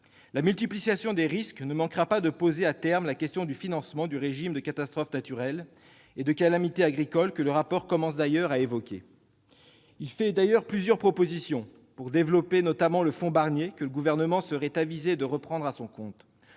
La multiplication des risques ne manquera pas de poser, à terme, la question du financement du régime d'indemnisation des catastrophes naturelles et des calamités agricoles, que le rapport commence à évoquer. Ce rapport comporte plusieurs propositions pour développer le fonds Barnier, que le Gouvernement serait avisé de reprendre à son compte